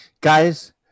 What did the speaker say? Guys